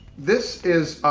this is,